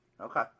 Okay